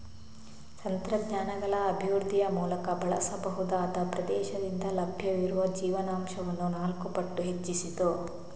ತಂತ್ರಜ್ಞಾನಗಳ ಅಭಿವೃದ್ಧಿಯ ಮೂಲಕ ಬಳಸಬಹುದಾದ ಪ್ರದೇಶದಿಂದ ಲಭ್ಯವಿರುವ ಜೀವನಾಂಶವನ್ನು ನಾಲ್ಕು ಪಟ್ಟು ಹೆಚ್ಚಿಸಿತು